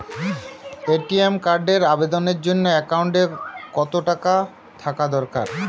ATM কার্ডের আবেদনের জন্য অ্যাকাউন্টে কতো টাকা থাকা দরকার?